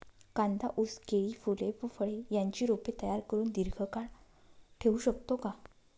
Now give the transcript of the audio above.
कांदा, ऊस, केळी, फूले व फळे यांची रोपे तयार करुन दिर्घकाळ ठेवू शकतो का?